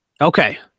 Okay